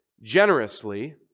generously